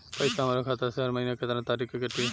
पैसा हमरा खाता से हर महीना केतना तारीक के कटी?